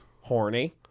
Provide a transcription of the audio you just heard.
Horny